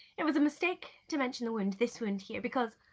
it was a mistake to mention the wound, this wound here because,